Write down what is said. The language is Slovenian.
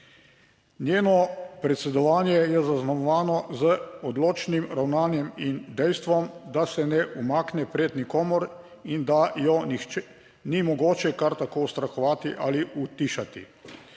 Njeno predsedovanje je zaznamovano z odločnim ravnanjem in dejstvom, da se ne umakne pred nikomur, in da jo ni mogoče kar tako ustrahovati ali utišati.